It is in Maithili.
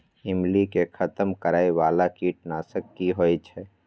ईमली के खतम करैय बाला कीट नासक की होय छै?